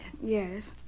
Yes